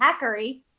hackery